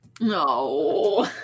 No